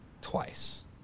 twice